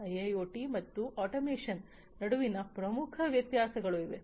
IIoT ಮತ್ತು automation ನಡುವಿನ ಪ್ರಮುಖ ವ್ಯತ್ಯಾಸಗಳು ಇವು